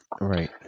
Right